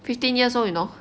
fifteen years old you know